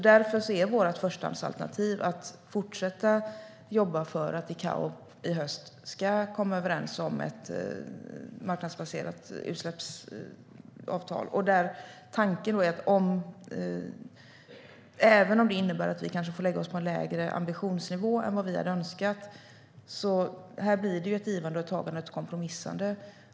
Därför är vårt förstahandsalternativ att fortsätta jobba för att ICAO i höst ska komma överens om ett marknadsbaserat utsläppsavtal. Även om det innebär att vi kanske får lägga oss på en lägre ambitionsnivå än vad vi hade önskat blir det ett givande och ett tagande, ett kompromissande.